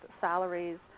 salaries